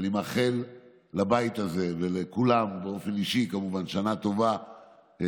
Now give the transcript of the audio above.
אני מאחל לבית הזה ולכולם באופן אישי שנה טובה,